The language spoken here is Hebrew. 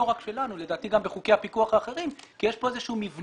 לא רק שלנו אלא לדעתי גם בחוקי הפיקוח האחרים כי יש כאן איזשהו מבנה